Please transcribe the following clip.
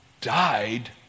died